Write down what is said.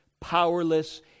powerless